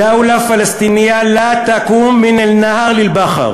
דאר, דאר, בית, בית, זנגה, זנגה.